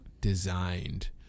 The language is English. designed